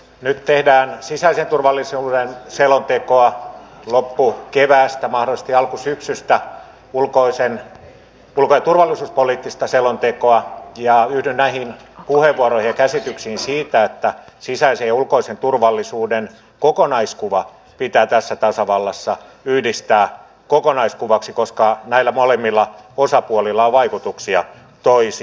nyt tehdään sisäisen turvallisuuden selontekoa loppukeväästä mahdollisesti alkusyksystä ulko ja turvallisuuspoliittista selontekoa ja yhdyn näihin puheenvuoroihin ja käsityksiin siitä että sisäisen ja ulkoisen turvallisuuden kokonaiskuva pitää tässä tasavallassa yhdistää kokonaiskuvaksi koska näillä molemmilla osapuolilla on vaikutuksia toisiinsa